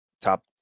top